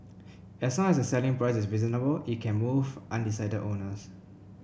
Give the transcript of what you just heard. as long as the selling price is reasonable it can move undecided owners